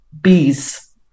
bees